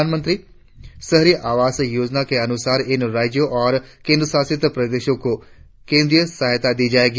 प्रधानमंत्री शहरी आवास योजना के अनुसार इन राज्यों और केंद्रशासित प्रदेशों को केंद्रीय सहैता दी जाएगी